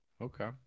okay